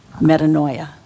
metanoia